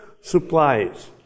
supplies